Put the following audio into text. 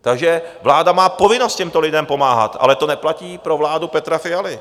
Takže vláda má povinnost těmto lidem pomáhat, ale to neplatí pro vládu Petra Fialy.